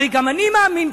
הרי גם אני מאמין,